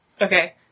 Okay